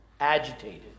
agitated